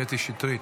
קטי שטרית.